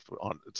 on